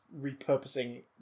repurposing